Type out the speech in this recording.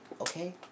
Okay